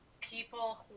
people